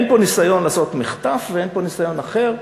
אין פה ניסיון לעשות מחטף ואין פה ניסיון אחר.